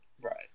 Right